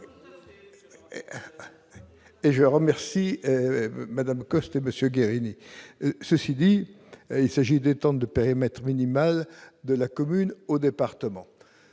Et je remercie Madame Coster Monsieur Guérini, ceci dit, il s'agit de de périmètre minimal de la commune au département,